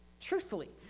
truthfully